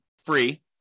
free